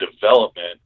development